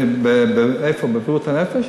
איפה, בבריאות הנפש?